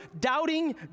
doubting